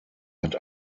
hat